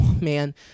Man